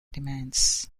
demands